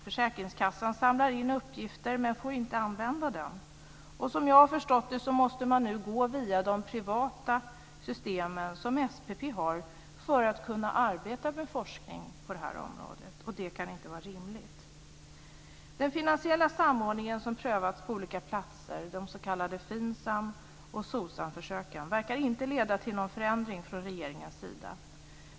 Försäkringskassan samlar in uppgifter men får inte använda dem. Som jag har förstått det måste man nu gå via de privata system som SPP har för att kunna arbeta med forskning på det här området. Det kan inte vara rimligt. Den finansiella samordning som prövats på olika platser, de s.k. FINSAM och SOCSAM-försöken, verkar inte leda till någon förändring från regeringens sida.